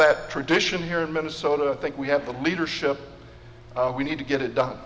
that tradition here in minnesota i think we have the leadership we need to get it done